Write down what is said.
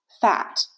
fat